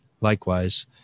Likewise